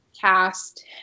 cast